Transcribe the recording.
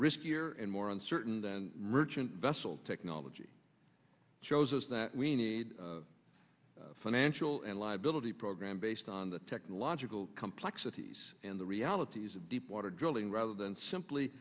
risk year and more uncertain than merchant vessel technology shows us that we need a financial and liability program based on the technological complexities and the realities of deepwater drilling rather than simply